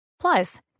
Plus